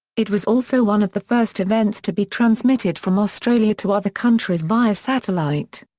it was also one of the first events to be transmitted from australia to other countries via satellite.